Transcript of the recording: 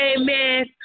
Amen